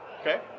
Okay